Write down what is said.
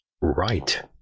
Right